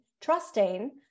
trusting